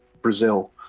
brazil